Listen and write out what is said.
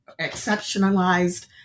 exceptionalized